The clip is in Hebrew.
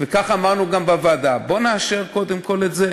וכך אמרנו גם בוועדה: בוא נאשר קודם כול את זה.